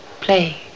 Play